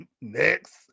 Next